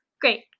Great